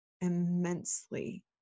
immensely